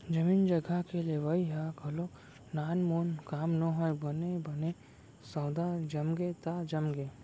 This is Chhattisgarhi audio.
जमीन जघा के लेवई ह घलोक नानमून काम नोहय बने बने सौदा जमगे त जमगे